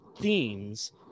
themes